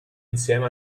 insieme